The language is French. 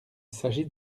s’agit